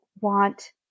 want